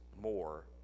more